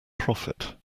profit